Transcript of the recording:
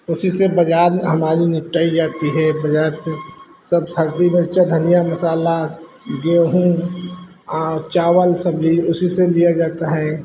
उसी से बाज़ार में हमारी निपटाई जाती है बाज़ार से सब हल्दी मिर्च सब धनिया मसाला गेहूँ चावल सब्ज़ी उसी से लिया जाता है